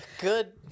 good